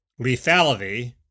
lethality